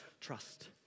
trust